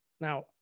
Now